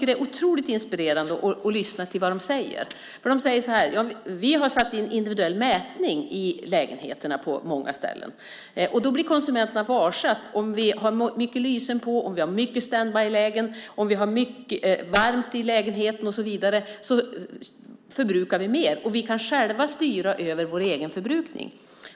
Det är otroligt inspirerande att lyssna till vad man säger. Man säger att man har infört individuell mätning i lägenheterna på många ställen. Då blir konsumenterna varse att om de har mycket lysen på, om de har många apparater i standbyläge, om de har varmt i lägenheten och så vidare förbrukar de mer energi och att de själva kan styra över sin egen förbrukning.